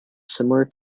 similar